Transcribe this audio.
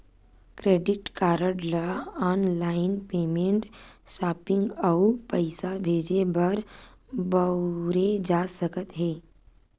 credit card ल online payment, shopping अउ पइसा भेजे बर बउरे जा सकत हे